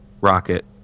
Rocket